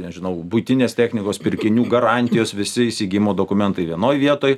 nežinau buitinės technikos pirkinių garantijos visi įsigijimo dokumentai vienoj vietoj